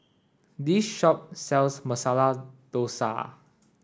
this shop sells Masala Dosa